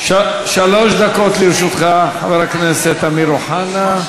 שלוש דקות לרשותך, חבר הכנסת אמיר אוחנה.